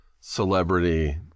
celebrity